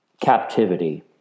captivity